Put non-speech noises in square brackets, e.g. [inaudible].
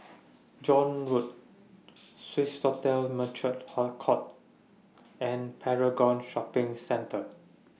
John Road Swissotel [unintelligible] Court and Paragon Shopping Centre